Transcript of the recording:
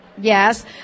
Yes